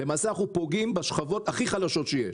למעשה אנחנו פוגעים בשכבות הכי חלשות שיש.